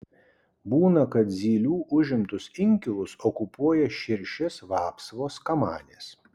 būna kad zylių užimtus inkilus okupuoja širšės vapsvos kamanės